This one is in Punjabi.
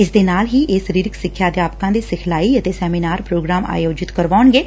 ਇਸ ਦੇ ਨਾਲ ਹੀ ਇਹ ਸਰੀਰਕ ਸਿੱਖਿਆ ਅਧਿਆਪਕਾਂ ਦੇ ਸਿਖਲਾਈ ਅਤੇ ਸੈਮੀਨਾਰ ਪ੍ਰੋਗਰਾਮ ਆਯੋਜਿਤ ਕਰਾਉਣਗੇ